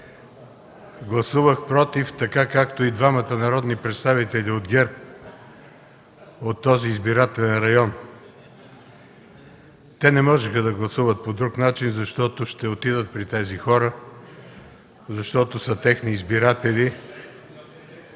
Гласувах „против” както и двамата народни представители от ГЕРБ от този избирателен район. Те не можеха да гласуват по друг начин, защото ще отидат при тези хора, защото са техни избиратели.